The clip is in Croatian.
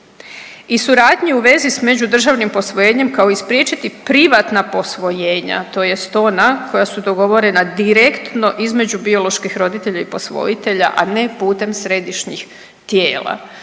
I suradnja u vezi sa međudržavnim posvojenjem kao i spriječiti privatna posvojenja, tj. ona koja su dogovorena direktno između bioloških roditelja i posvojitelja, a ne putem središnjih tijela.